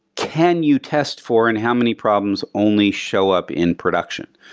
can you test for and how many problems only show up in production?